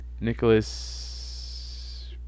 Nicholas